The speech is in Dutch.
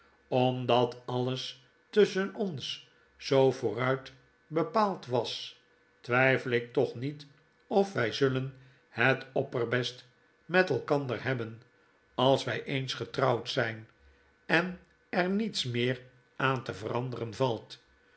omdat alles tusschen ons zoo vooruit bepaald was twijfel ik toch niet of wij zullen het opperbest met elkander hebben als wij eens fei het geheim van edwin drood getrouwd zijn en er niets meer aan te veranderen valt